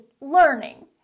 learning